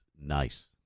nice